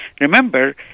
Remember